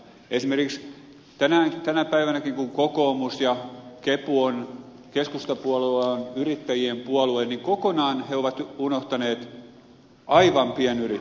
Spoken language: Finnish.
esimerkiksi tänä päivänäkin vaikka kokoomus ja keskustapuolue ovat yrittäjien puolueita kokonaan he ovat unohtaneet aivan pienyrittäjät